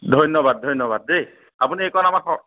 ধন্যবাদ ধন্যবাদ দেই আপুনি এইকণ আমাক স